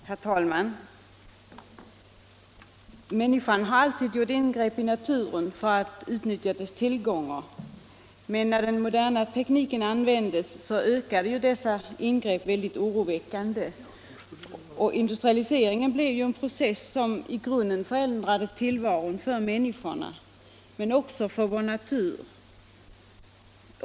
Herr talman! Människan har alltid gjort ingrepp i naturen för att utnyttja dess tillgångar, men när den moderna tekniken används ökar dessa ingrepp oroväckande. Industrialiseringen blev en process som i grunden förändrade tillvaron för människorna, men också för vår natur.